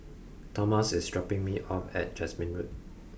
Tomas is dropping me off at Jasmine Road